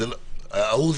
מי בעד?